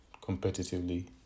competitively